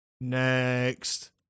next